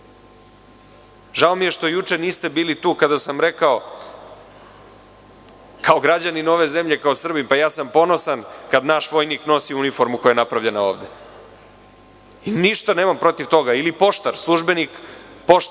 mi je što juče niste bili tu kada sam rekao, kao građanin ove zemlje, kao Srbin – ja sam ponosan kada naš vojnik nosi uniformu koja je napravljena ovde. Ništa nemam protiv toga, ili poštar, službenik Pošte,